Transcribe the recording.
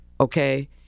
Okay